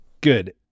Good